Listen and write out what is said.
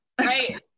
Right